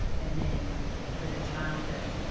and then for the child, that's